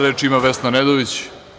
Reč ima Vesna Nedović.